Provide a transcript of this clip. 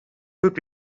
would